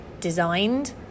designed